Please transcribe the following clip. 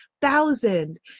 thousand